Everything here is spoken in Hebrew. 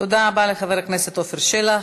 תודה רבה לחבר הכנסת עפר שלח.